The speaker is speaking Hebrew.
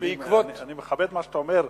אני מכבד את מה שאתה אומר,